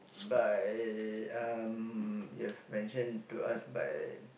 by um you've mentioned to us by